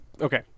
Okay